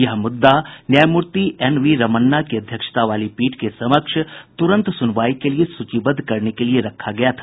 यह मुद्दा न्यायमूर्ति एन वी रमना की अध्यक्षता वाली पीठ के समक्ष तुरन्त सुनवाई के लिए सूचीबद्ध करने के लिए रखा गया था